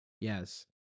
Yes